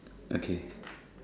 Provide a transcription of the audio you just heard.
okay